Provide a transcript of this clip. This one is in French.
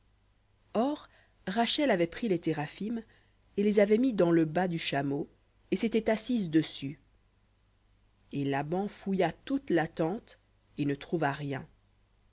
or rachel avait pris les théraphim et les avait mis dans le bât du chameau et s'était assise dessus et laban fouilla toute la tente et ne trouva